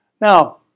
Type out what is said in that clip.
Now